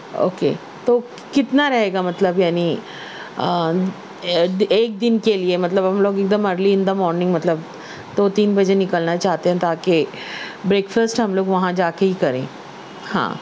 okay تو کتنا رہے گا مطلب یعنی ایک دن کے لئے مطلب ہم لوگ ایک دم early in the early in the morning مطلب دو تین بجے نکلنا چاہتے ہیں تاکہ بریک فاسٹ ہم لوگ وہاں جا کے ہی کریں ہاں